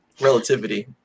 relativity